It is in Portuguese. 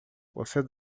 você